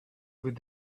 with